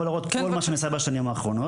להראות את כל מה שנעשה בשנים האחרונות.